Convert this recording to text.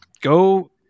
go